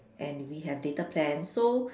and we have data plan so